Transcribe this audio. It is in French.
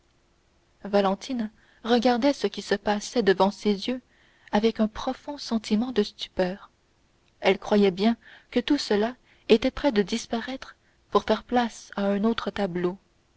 valentine regardait ce qui se passait devant ses yeux avec un profond sentiment de stupeur elle croyait bien que tout cela était près de disparaître pour faire place à un autre tableau